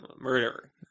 Murderer